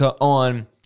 on